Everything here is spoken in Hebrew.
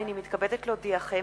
הנני מתכבדת להודיעכם,